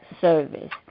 service